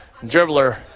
dribbler